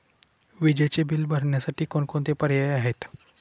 विजेचे बिल भरण्यासाठी कोणकोणते पर्याय आहेत?